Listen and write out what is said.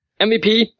MVP